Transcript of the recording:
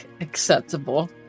acceptable